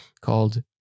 called